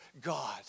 god